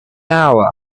hour